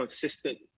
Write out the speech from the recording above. consistent